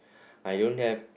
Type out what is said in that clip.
I don't have